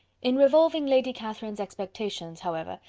in revolving lady catherine's expressions, however,